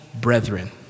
brethren